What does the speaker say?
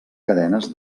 cadenes